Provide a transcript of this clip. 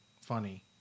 funny